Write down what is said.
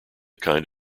kind